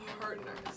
partners